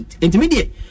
Intermediate